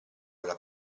alla